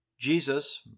Jesus